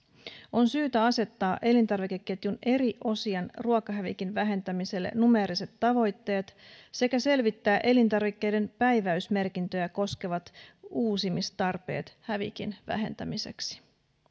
on syytä asettaa elintarvikeketjun eri osien ruokahävikin vähentämiselle numeeriset tavoitteet sekä selvittää elintarvikkeiden päiväysmerkintöjä koskevat uusimistarpeet hävikin vähentämiseksi